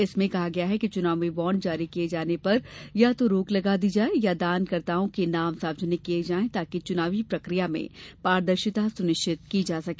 इसमें कहा गया है कि चुनावी बॉण्ड जारी किए जाने पर या तो रोक लगा दी जाए या दानकर्ताओं के नाम सार्वजनिक किए जाएं ताकि चुनावी प्रक्रिया में पारदर्शिता सुनिश्चित की जा सके